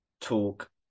talk